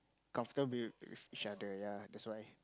comfortable with each other ya that's why